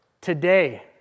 today